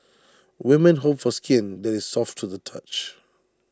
women hope for skin that is soft to the touch